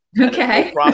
Okay